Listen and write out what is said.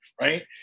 right